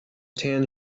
tan